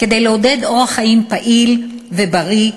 לעודד אורח חיים פעיל ובריא,